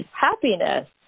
happiness